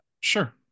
Sure